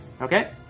Okay